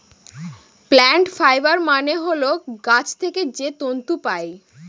plant fibre মানে হল গাছ থেকে যে তন্তু পায়